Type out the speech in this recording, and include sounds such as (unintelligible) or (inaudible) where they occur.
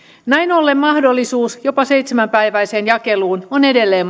näin ollen mahdollisuus jopa seitsemänpäiväiseen jakeluun on edelleen (unintelligible)